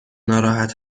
ناراحت